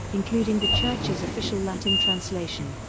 including the church's official latin translation,